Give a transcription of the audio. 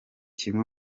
kimwe